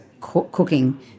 cooking